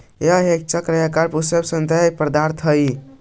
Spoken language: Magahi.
यह एक चक्र के आकार का पुष्प सदृश्य पदार्थ हई